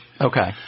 Okay